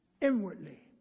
inwardly